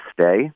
stay